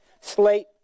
slate